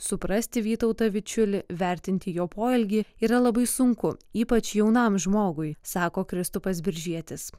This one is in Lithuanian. suprasti vytautą vičiulį vertinti jo poelgį yra labai sunku ypač jaunam žmogui sako kristupas biržietis